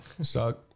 Suck